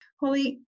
Holly